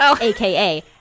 aka